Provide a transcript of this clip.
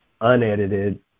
unedited